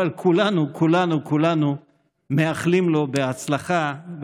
אבל כולנו כולנו כולנו מאחלים לו הצלחה,